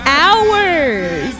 hours